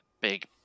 big